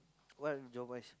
what